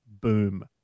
Boom